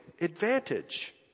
advantage